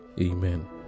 Amen